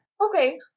okay